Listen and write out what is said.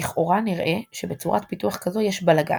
לכאורה נראה שבצורת פיתוח כזו יש "בלאגן"